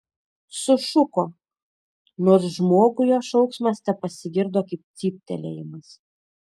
sušuko nors žmogui jo šauksmas tepasigirdo kaip cyptelėjimas